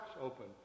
open